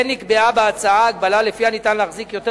כן נקבעה בהצעה הגבלה שלפיה ניתן להחזיק יותר